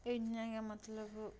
इयां गै मतलब